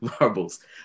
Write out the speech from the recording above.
marbles